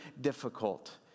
difficult